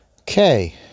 Okay